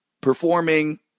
Performing